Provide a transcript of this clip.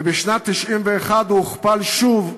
ובשנת 1991 הוא הוכפל שוב: